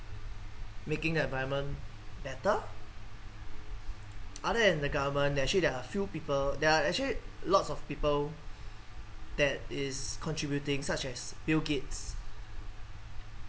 making the environment better other than the government there actually there are few people there are actually lots of people that is contributing such as bill gates